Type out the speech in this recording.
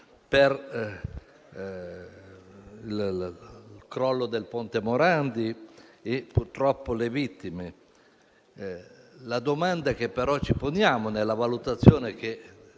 per il crollo del ponte Morandi e purtroppo per le vittime. La domanda che però ci poniamo, nella valutazione che